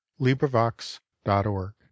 LibriVox.org